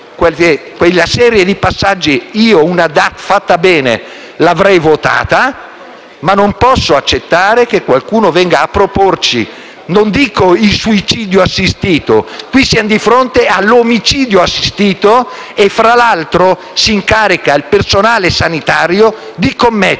quella serie di passaggi, personalmente una DAT fatta bene l'avrei votata, ma non posso accettare che qualcuno venga a proporci non dico il suicidio assistito, ma addirittura l'omicidio assistito, e fra l'altro si incarica il personale sanitario di commetterlo.